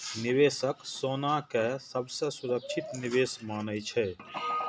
निवेशक सोना कें सबसं सुरक्षित निवेश मानै छै